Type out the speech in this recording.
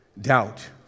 doubt